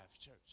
church